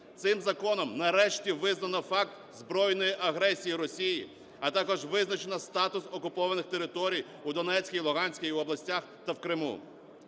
Цим законом нарешті визнано факт збройної агресії Росії, а також визначено статус окупованих територій в Донецькій, Луганській областях та в Криму,